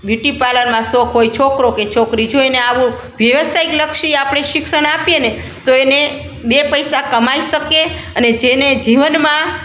beauty પાર્લરમાં શોખ હોય છોકરો કે છોકરી જો એને આવું વ્યવસાયિકલક્ષી આપણે શિક્ષણ આપીએ ને તો એને બે પૈસા કમાઈ શકે અને જેને જીવનમાં